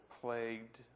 plagued